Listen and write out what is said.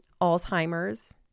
Alzheimer's